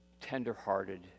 tender-hearted